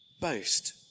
boast